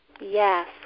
Yes